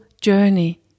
journey